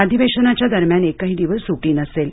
अधिवेशनाच्या दरम्यान एकही दिवस सुटी नसेल